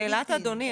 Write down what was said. לשאלת אדוני,